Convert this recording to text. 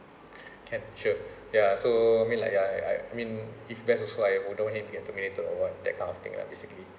can sure ya so I mean like I I I mean if there's also I him to get terminated or what that kind of thing lah basically